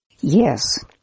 Yes